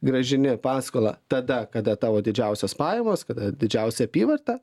grąžini paskolą tada kada tavo didžiausios pajamos kad didžiausia apyvarta